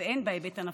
והן בהיבט הנפשי.